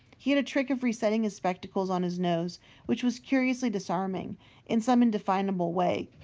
he had a trick of resettling his spectacles on his nose which was curiously disarming in some indefinable way,